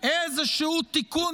איזשהו תיקון